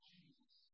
Jesus